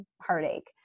heartache